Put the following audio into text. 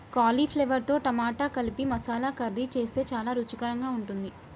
కాలీఫ్లవర్తో టమాటా కలిపి మసాలా కర్రీ చేస్తే చాలా రుచికరంగా ఉంటుంది